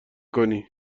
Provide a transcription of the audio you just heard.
کنی